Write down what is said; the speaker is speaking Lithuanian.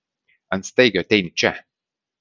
ant staigio ateini čia